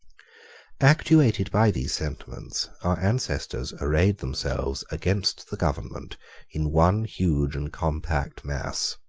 actuated by these sentiments our ancestors arrayed themselves against the government in one huge and compact mass.